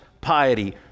piety